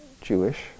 Jewish